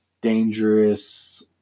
dangerous